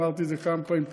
אמרתי את זה כמה פעמים פה,